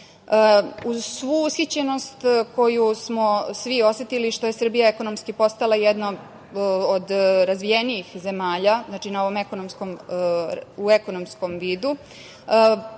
svu ushićenost koju smo svi osetili što je Srbija ekonomski postala jedna od razvijenih zemalja u ekonomskom vidu,